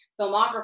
filmography